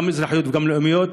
גם אזרחיות וגם לאומיות,